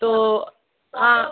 तो हाँ